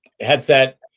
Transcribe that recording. headset